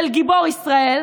של גיבור ישראל,